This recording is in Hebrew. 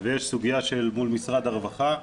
ויש סוגיה מול משרד הרווחה.